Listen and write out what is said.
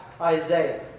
Isaiah